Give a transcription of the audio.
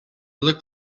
looked